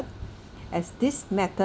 as this method